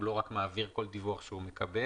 הוא לא רק מעביר כל דיווח שהוא מקבל.